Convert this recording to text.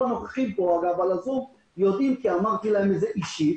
הנוכחים בזום יודעים כי אמרתי להם אישית